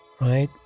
right